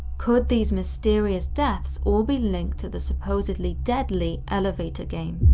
could these mysterious deaths all be linked to the supposedly deadly elevator game?